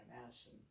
Madison